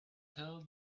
tell